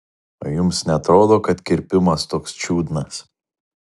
o jums neatrodo kad kirpimas toks čiudnas